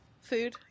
food